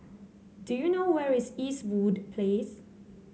do you know where is Eastwood Place